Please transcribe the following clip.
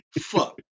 Fuck